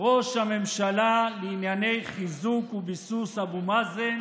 ראש הממשלה לעניין חיזוק וביסוס אבו מאזן